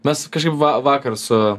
mes kažkaip va vakar su